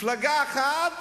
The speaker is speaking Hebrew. מפלגה אחת